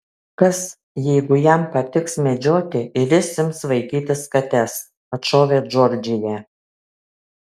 kas jeigu jam patiks medžioti ir jis ims vaikytis kates atšovė džordžija